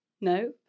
No